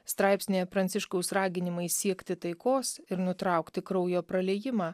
straipsnyje pranciškaus raginimai siekti taikos ir nutraukti kraujo praliejimą